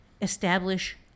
establish